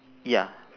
ya